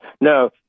No